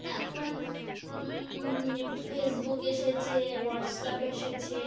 এখন ফেসবুক এসেছে WhatsApp এসেছে